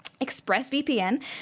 ExpressVPN